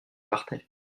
partais